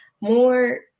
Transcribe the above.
more